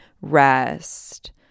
rest